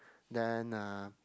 then uh